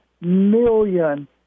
million